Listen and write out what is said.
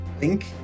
link